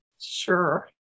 Sure